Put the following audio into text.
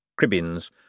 Cribbins